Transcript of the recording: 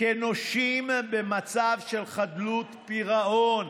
כנושים במצב של חדלות פירעון.